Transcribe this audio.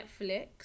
Netflix